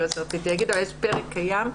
יש פרק קיים,